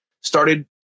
started